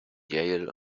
yale